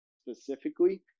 specifically